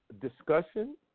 Discussion